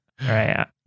right